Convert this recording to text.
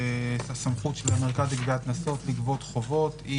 הסמכות של המרכז לגביית קנסות לגבות חובות היא